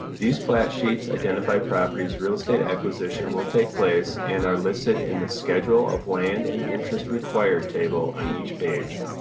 these plat sheets identify properties real estate acquisition will take place and are listed in the schedule of land and interest required table on each page,